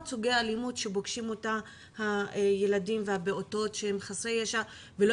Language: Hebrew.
סוגי אלימות אותה פוגשים הילדים והפעוטות שהם חסרי ישע ולא